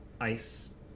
ice